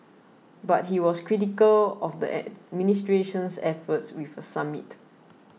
but he was critical of the administration's efforts with a summit